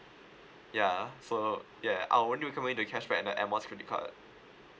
yeah so yeah I'll only recommend you the cashback and the air miles credit card